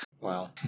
Wow